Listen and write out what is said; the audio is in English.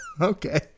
Okay